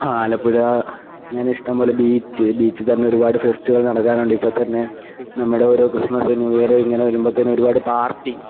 ആലപ്പുഴ ഇങ്ങനെ ഇഷ്ടംപോലെ ബീച്ച് ബീച്ചിൽ തന്നെ ഒരുപാട് ഫെസ്റ്റിവൽ നടക്കാറുണ്ട് ഇപ്പം തന്നെ നമ്മുടെ ഓരോ ക്രിസ്മസ് ന്യൂ യേർ ഇങ്ങനെ വരുമ്പത്തേന് ഒരുപാട് പാർട്ടി